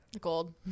Gold